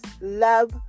love